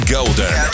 Golden